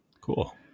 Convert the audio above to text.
Cool